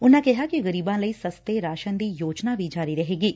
ਉਨਾਂ ਕਿਹਾ ਕਿ ਗਰੀਬਾਂ ਲਈ ਸਸਤੇ ਰਾਸ਼ਨ ਵਾਲੀ ਯੋਜਨਾ ਵੀ ਜਾਰੀ ਰਹੇਗੀ